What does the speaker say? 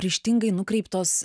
ryžtingai nukreiptos